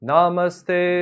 Namaste